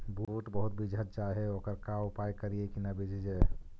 बुट बहुत बिजझ जा हे ओकर का उपाय करियै कि न बिजझे?